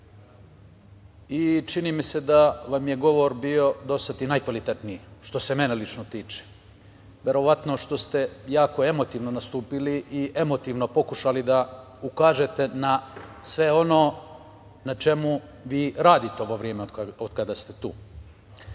Čini mi se da vam je govor bio do sad i najkvalitetniji, što se mene lično tiče. Verovatno zato što ste jako emotivno nastupili i emotivno pokušali da ukažete na sve ono na čemu vi radite ovo vreme od kada ste